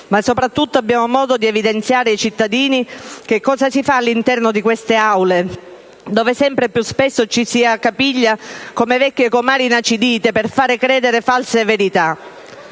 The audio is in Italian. ma soprattutto abbiamo modo di evidenziare ai cittadini che cosa si fa all'interno di queste Aule, dove sempre più spesso ci si accapiglia come vecchie comari inacidite per far credere false verità!